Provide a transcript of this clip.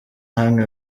hamwe